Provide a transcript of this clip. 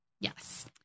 Yes